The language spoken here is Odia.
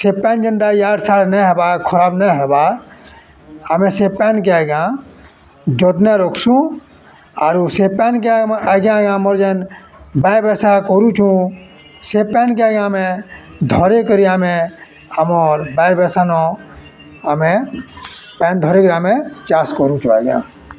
ସେ ପାଏନ୍ ଯେନ୍ତା ଇଆଡଡ଼୍ ସିଆଡ଼୍ ନାଇଁ ହେବା ଖରାପ୍ ନାଇଁ ହେବା ଆମେ ସେ ପାଏନ୍କେ ଆଜ୍ଞା ଯତ୍ନେ ରଖ୍ସୁଁ ଆରୁ ସେ ପାଏନ୍କେ ଆଜ୍ଞା ଆଜ୍ଞା ଆମର୍ ଯେନ୍ ବାଏବେସା କରୁଛୁଁ ସେ ପାଏନ୍କେ ଆଜ୍ଞା ଆମେ ଧରିକରି ଆମେ ଆମର୍ ବାଏବସାନ ଆମେ ପାଏନ୍ ଧରିକରି ଆମେ ଚାଷ୍ କରୁଛୁଁ ଆଜ୍ଞା